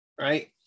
right